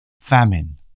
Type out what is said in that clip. Famine